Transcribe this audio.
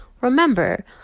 Remember